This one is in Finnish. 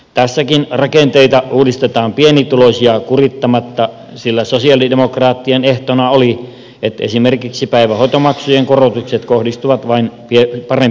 tässäkin rakenteita uudistetaan pienituloisia kurittamatta sillä sosialidemokraattien ehtona oli että esimerkiksi päivähoitomaksujen korotukset kohdistuvat vain parempituloisiin